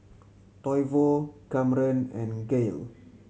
Toivo Camren and Gael